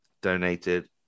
donated